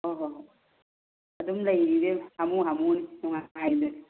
ꯍꯣꯏ ꯍꯣꯏ ꯍꯣꯏ ꯑꯗꯨꯝ ꯂꯩꯔꯤ ꯏꯕꯦꯝꯃ ꯍꯥꯃꯨ ꯍꯥꯃꯨꯅꯤ ꯅꯨꯡꯉꯥꯏꯅ